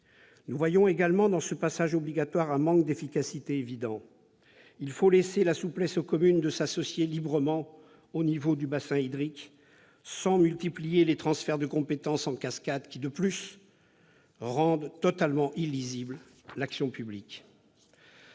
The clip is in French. Nous voyons également dans ce transfert obligatoire un manque d'efficacité évident. Il faut laisser aux communes la souplesse de pouvoir s'associer librement au niveau du bassin hydrique, sans multiplier les transferts de compétences en cascade, qui, de plus, rendent totalement illisible l'action publique.